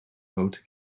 grote